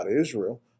Israel